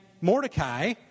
Mordecai